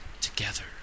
together